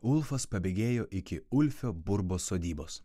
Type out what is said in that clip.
ulfas pabėgėjo iki ulfio burbos sodybos